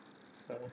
so